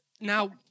Now